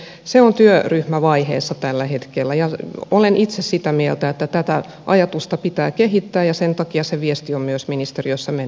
se on työryhmävaiheessa tällä hetkellä ja olen itse sitä mieltä että tätä ajatusta pitää kehittää ja sen takia se viesti on myös ministeriössä mennyt eteenpäin